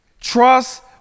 Trust